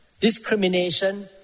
discrimination